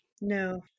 No